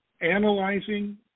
analyzing